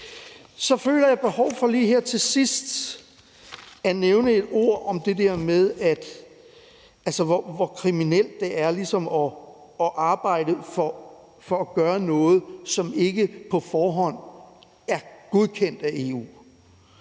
Så føler jeg lige her til sidst behov for at nævne et par ord om det der med, hvor kriminelt det er at arbejde for at gøre noget, som ikke på forhånd er godkendt af EU,